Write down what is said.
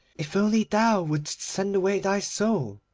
if only thou wouldst send away thy soul,